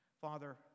Father